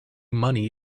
money